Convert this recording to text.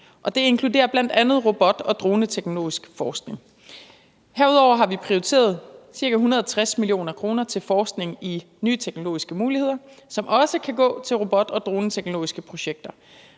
Det inkluderer bl.a. robot- og droneteknologisk forskning. Herudover har vi prioriteret ca. 160 mio. kr. til forskning i nye teknologiske muligheder, som også kan gå til robot- og droneteknologiske projekter.